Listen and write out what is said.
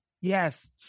Yes